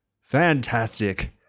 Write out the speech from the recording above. Fantastic